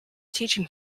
teaching